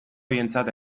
bientzat